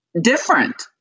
different